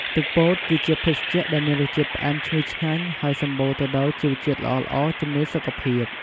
ទឹកពោត គឺជាភេសជ្ជៈដែលមានរសជាតិផ្អែមឈ្ងុយឆ្ងាញ់ ហើយសម្បូរទៅដោយជីវជាតិល្អៗជំនួយសុខភាព។